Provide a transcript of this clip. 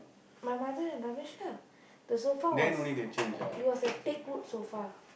my mother and Ramesh lah the sofa was it was a teakwood sofa